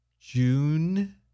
June